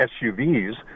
SUVs